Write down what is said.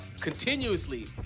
continuously